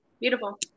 Beautiful